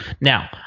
Now